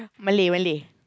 Malay Malay